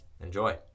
enjoy